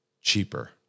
cheaper